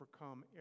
overcome